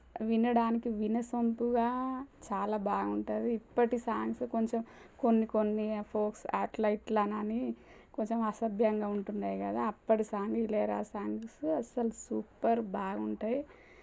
వినడానికి వినసొంపుగా చాలా బాగుంటుంది ఇప్పటి సాంగ్సు కొంచెం కొన్ని కొన్ని ఫోక్స్ అట్లా ఇట్లాననీ కొంచెం అసభ్యంగా ఉంటున్నాయి కదా అప్పటి సాంగ్స్ ఇళయరాజా సాంగ్స్ అస్సలు సూపర్ బాగుంటాయి